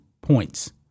points